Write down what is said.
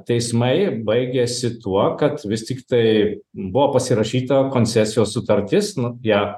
teismai baigėsi tuo kad vis tiktai buvo pasirašyta koncesijos sutartis nu ją